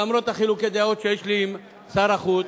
למרות חילוקי הדעות שיש לי עם שר החוץ,